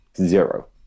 zero